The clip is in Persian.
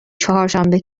چهارشنبه